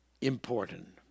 important